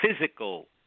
physical